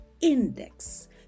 Index